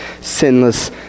sinless